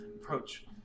approach